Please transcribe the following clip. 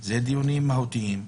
- זה דיונים מהותיים.